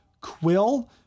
Quill